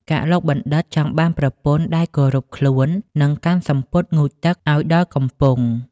កឡុកបណ្ឌិត្យ ចង់បានប្រពន្ធដែលគោរពខ្លួន និងកាន់សំពត់ងូតទឹកឱ្យដល់កំពង់ ។